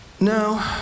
No